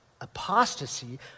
apostasy